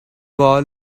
call